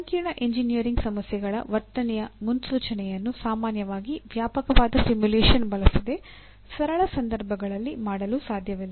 ಸಂಕೀರ್ಣ ಎಂಜಿನಿಯರಿಂಗ್ ಸಮಸ್ಯೆಗಳ ವರ್ತನೆಯ ಮುನ್ಸೂಚನೆಯನ್ನು ಸಾಮಾನ್ಯವಾಗಿ ವ್ಯಾಪಕವಾದ ಸಿಮ್ಯುಲೇಶನ್ ಬಳಸದೆ ಸರಳ ಸಂದರ್ಭಗಳಲ್ಲಿ ಮಾಡಲು ಸಾಧ್ಯವಿಲ್ಲ